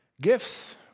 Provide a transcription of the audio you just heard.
Gifts